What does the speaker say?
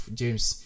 james